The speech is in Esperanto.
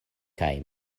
kaj